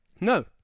No